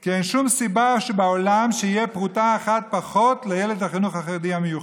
כי אין שום סיבה שבעולם שתהיה פרוטה אחת פחות לילד בחינוך החרדי המיוחד.